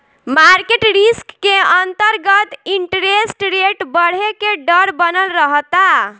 market risk के अंतरगत interest rate बरहे के डर बनल रहता